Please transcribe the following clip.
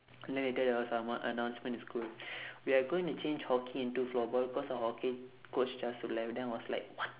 then later there was anno~ announcement in school we're going to change hockey into floorball cause our hockey coach just left then I was like what